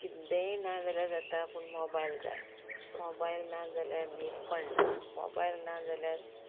किदेंय ना जाल्यार जाता पूण मोबायल जाय मोबायल ना जाल्यार न्हीद पडना मोबायल ना जाल्यार